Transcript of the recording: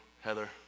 Heather